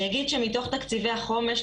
אני אגיד שמתוך תקציבי החומש,